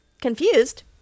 confused